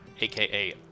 aka